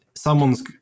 Someone's